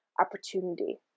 opportunity